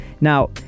Now